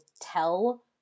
tell